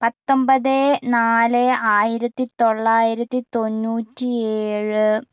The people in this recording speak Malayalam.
പത്തൊമ്പത് നാല് ആയിരത്തി തൊള്ളായിരത്തി തൊണ്ണൂറ്റി ഏഴ്